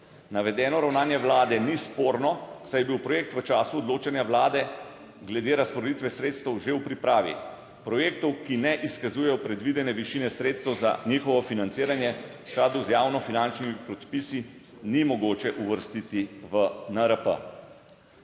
Navedeno ravnanje vlade ni sporno, saj je bil projekt v času odločanja vlade glede razporeditve sredstev že v pripravi, projektov ki ne izkazujejo predvidene višine sredstev za njihovo financiranje v skladu z javnofinančnimi predpisi ni mogoče uvrstiti v NRP.